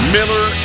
Miller